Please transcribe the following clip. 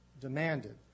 demanded